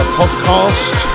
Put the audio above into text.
podcast